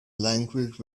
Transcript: language